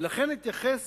ולכן, אתייחס